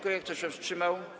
Kto się wstrzymał?